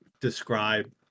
describe